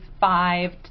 five